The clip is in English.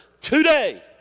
today